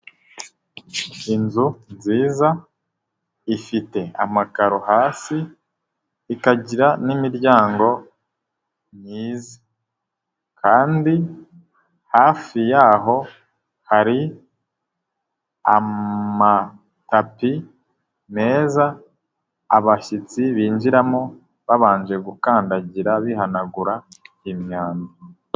Inzu nziza ifite amakaro hasi, ikagira n'imiryango myiza kandi hafi y'aho hari amatapi meza abashyitsi binjiramo babanje gukandagira bihanagura imyanda.